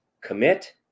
commit